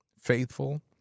faithful